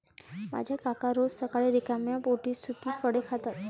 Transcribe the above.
माझे काका रोज सकाळी रिकाम्या पोटी सुकी फळे खातात